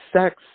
sex